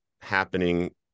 happening